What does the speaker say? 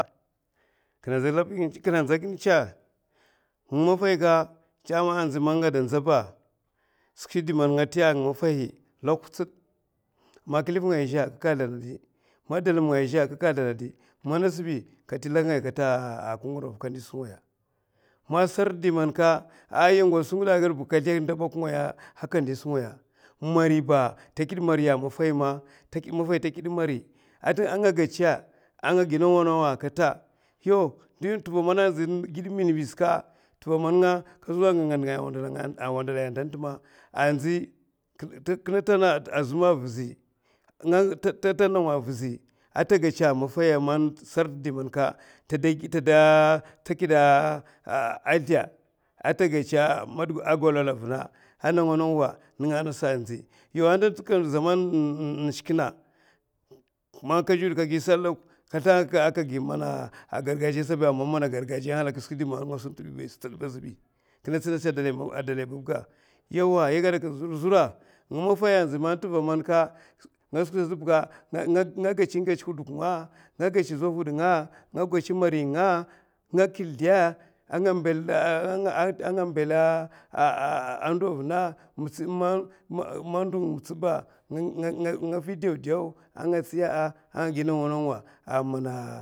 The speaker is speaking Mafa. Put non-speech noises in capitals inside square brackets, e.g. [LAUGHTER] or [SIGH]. Kinè ndza ginè chè? Nga maffay ka chaman a ndzi man nga da ndza ba, skwi man nga tiyaa nga maffay lak hutsit man klif ngaya a zhè kɗ kazlana adi, man dalang nga a zhè kɗ kazlana a di man azɓi kati lak ngaya kata, akɗ ngur mafa, ma sartɗ mana yè ngots skwi ngièè akɗ ba, kazlèh ɓuk ngaya aka ndi skwi ngaya, mari ba mafay takiè mari ma, anga gèchè'a atagi nawa nawa, tuva man giè min ɓi maka, andzi kinè tan zuma avizi, ta tan nawa avizi ata gèchè a maffay asartɗ tada kiè zlè ata gèchè tagi nawa nawa, nènga'a nasa zaman n'shikina man kagi salaa, kazlaha mana aka gi man a gargajiya azbi, yauwa a dlay babba ga. yè gaèa kinè zura nga maffahi atang mana nga gèchè huduk nga. nga gèchè mari nga. a nga a nga kiè zlè anga mbèlè ndo avuna. man ndo muts ba nga fi dèudèu anga [UNINTELLIGIBLE]